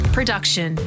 Production